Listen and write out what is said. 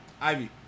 Ivy